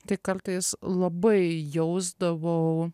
tai kartais labai jausdavau